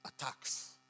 attacks